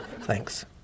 thanks